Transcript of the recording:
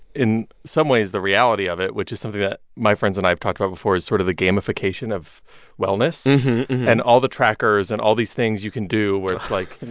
in some ways, the reality of it, which is something that my friends and i've talked about before, is sort of the gamification of wellness and all the trackers and all these things you can do where it's like.